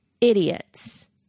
idiots